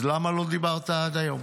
אז למה לא דיברת עד היום?